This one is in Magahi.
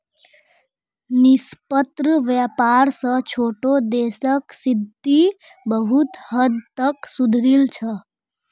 निष्पक्ष व्यापार स छोटो देशक स्थिति बहुत हद तक सुधरील छ